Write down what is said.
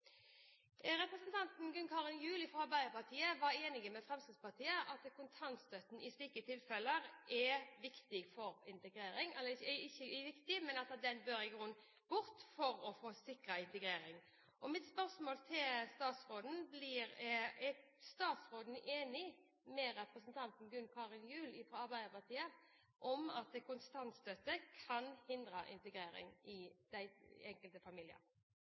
Representanten Gunn Karin Gjul fra Arbeiderpartiet var enig med Fremskrittspartiet i at kontantstøtten i slike tilfeller i grunnen bør bort, for å sikre integrering. Mitt spørsmål til statsråden blir: Er statsråden enig med representanten Gunn Karin Gjul fra Arbeiderpartiet i at kontantstøtte kan hindre integrering av enkelte familier?